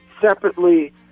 separately